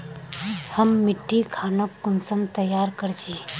हम मिट्टी खानोक कुंसम तैयार कर छी?